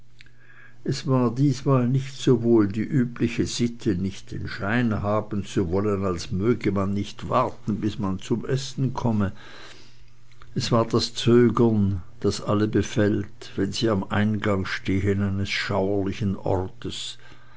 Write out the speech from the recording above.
es war diesmal nicht sowohl die übliche sitte nicht den schein haben zu wollen als möge man nicht warten bis man zum essen komme es war das zögern das alle befällt wenn sie am eingang stehen eines schauerlichen ortes